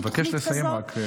אבקש רק לסיים.